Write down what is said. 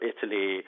Italy